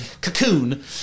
cocoon